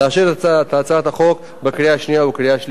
את הצעת החוק בקריאה שנייה ובקריאה שלישית.